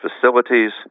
facilities